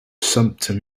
sumpter